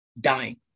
dying